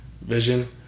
vision